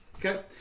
Okay